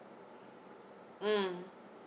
mm